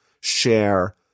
share